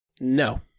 No